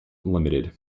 limited